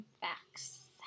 Facts